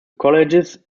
colleges